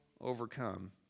overcome